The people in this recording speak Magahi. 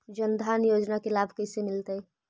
जन धान योजना के लाभ कैसे मिलतै?